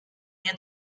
nie